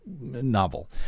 novel